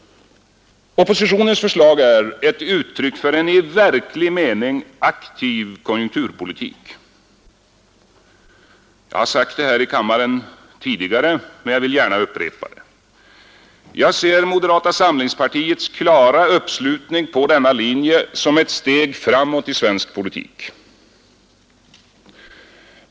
Oppositionens förslag är ett uttryck för en i verklig mening aktiv konjunkturpolitik. Jag har sagt det här i kammaren redan tidigare men vill gärna upprepa det: Jag ser moderata samlingspartiets klara uppslutning på denna linje som ett steg framåt i svensk politik.